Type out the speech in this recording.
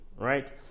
right